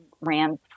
ran